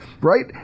right